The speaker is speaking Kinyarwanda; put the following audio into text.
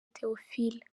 theophile